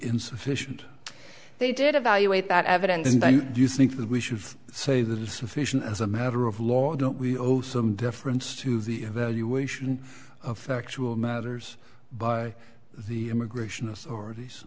insufficient they did evaluate that evidence and i do think that we should say that insufficient as a matter of law don't we owe some difference to the evaluation of factual matters by the immigration authorities